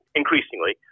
increasingly